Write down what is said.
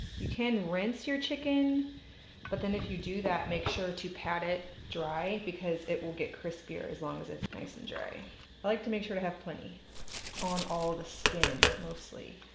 you can rinse your chicken but then if you do that make sure to pat it dry because it will get crispier as long as it's nice and dry. i like to make sure to have plenty on all the skin, mostly.